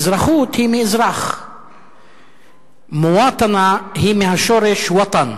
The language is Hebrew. "אזרחות" היא מ"אזרח"; "מוואטנה" היא מהשורש "ווטן",